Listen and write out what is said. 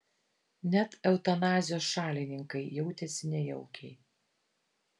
net eutanazijos šalininkai jautėsi nejaukiai